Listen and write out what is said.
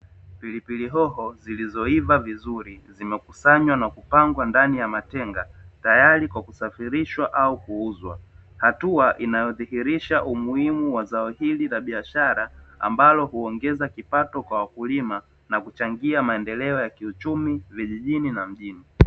Pilipili hoho zilizoiva vizuri zimekusanywa na kupangwa ndani ya matenga tayari kwa kusafirishwa au kuuzwa, hatua inayodhihirisha umuhimu wa zao hili la biashara ambalo huongeza kipato kwa wakulima na kuchangia maendeleo ya kiuchumi vijijini na mjini.